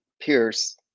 Pierce